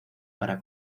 para